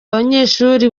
abanyeshuri